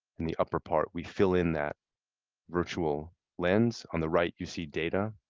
in the upper part, we fill in that virtual lens. on the right you see data.